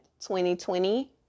2020